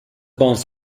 buns